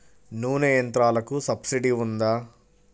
నూనె యంత్రాలకు సబ్సిడీ ఉందా?